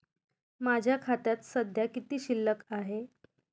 माझ्या खात्यात सध्या किती शिल्लक आहे?